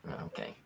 Okay